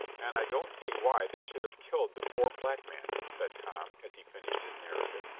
and i don't see why they should have killed the poor black man, said tom, as he finished his narrative.